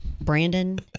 Brandon